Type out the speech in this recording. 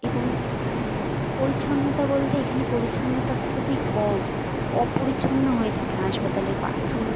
এবং পরিচ্ছন্নতা বলতে এখানে পরিচ্ছন্নতা খুবই কম অপরিচ্ছন্ন হয়ে থাকে হাসপাতালের বাথরুম